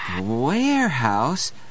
Warehouse